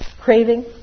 craving